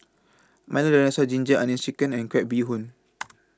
Milo Dinosaur Ginger Onions Chicken and Crab Bee Hoon